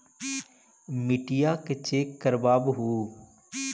मिट्टीया के चेक करबाबहू?